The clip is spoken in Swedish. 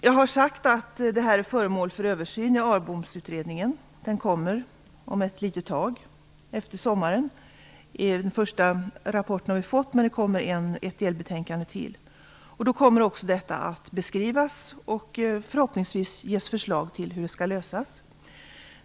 Jag har sagt att det här är föremål för översyn i en utredning, ARBOM. Dess rapport kommer efter sommaren. En första rapport har vi redan fått, men det kommer ett delbetänkande till. Då kommer detta att beskrivas och förhoppningsvis ges förslag till hur detta skall lösas.